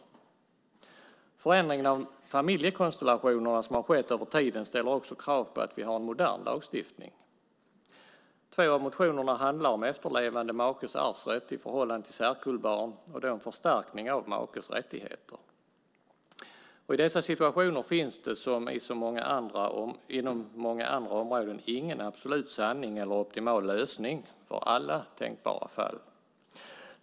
Den förändring av familjekonstellationerna som har skett över tiden ställer också krav på att vi har en modern lagstiftning. Två av motionerna handlar om efterlevande makes arvsrätt i förhållande till särkullbarn, och då en förstärkning av makes rättigheter. I dessa situationer finns det, som inom många andra områden, ingen absolut sanning eller optimal lösning för alla tänkbara fall.